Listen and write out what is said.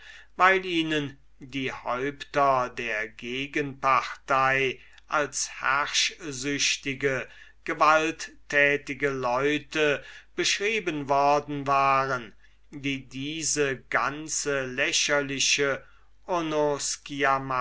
weil ihnen die häupter der gegenpartei als herrschsüchtige gewalttätige leute beschrieben worden waren die diese ganze lächerliche